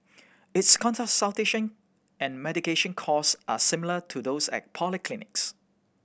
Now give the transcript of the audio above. its consultation and medication cost are similar to those at polyclinics